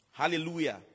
hallelujah